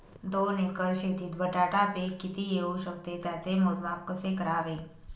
दोन एकर शेतीत बटाटा पीक किती येवू शकते? त्याचे मोजमाप कसे करावे?